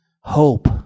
Hope